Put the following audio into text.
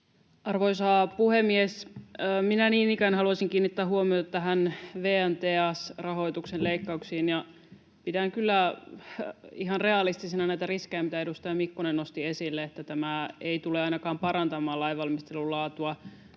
Arvoisa puhemies! Minä niin ikään haluaisin kiinnittää huomiota näihin VN TEAS -rahoituksen leikkauksiin. Pidän kyllä ihan realistisena näitä riskejä, mitä edustaja Mikkonen nosti esille, että tämä ei tule ainakaan parantamaan lainvalmistelun laatua.